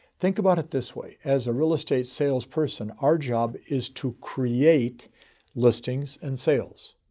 think about it this way as a real estate salesperson, our job is to create listings and sales.